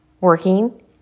working